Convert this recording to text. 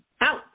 out